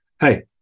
hey